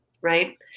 Right